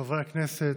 חברי הכנסת,